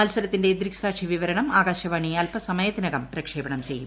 മത്സരത്തിന്റെ ദൃക്ഷിസാക്ഷി വിവരണം ആകാശവാണി അൽപസമയത്തിനകം പ്രക്ഷേപണം ചെയ്യും